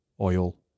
oil